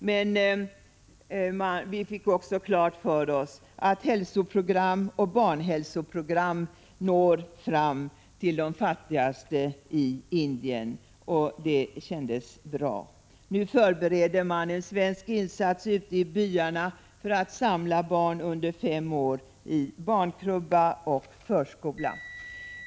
Men vi fick också klart för oss att hälsoprogram och barnhälsoprogram når fram till de fattigaste i Indien, och det kändes bra. Nu förbereder man en svensk insats ute i byarna för att samla barn under fem år i barnkrubba och förskola.